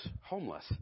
homeless